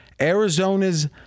Arizona's